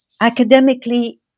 academically